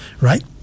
right